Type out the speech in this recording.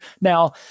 Now